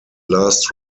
last